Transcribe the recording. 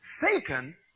Satan